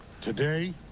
Today